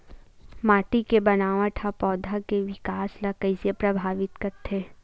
माटी के बनावट हा पौधा के विकास ला कइसे प्रभावित करथे?